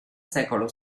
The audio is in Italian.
secolo